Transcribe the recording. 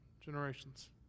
generations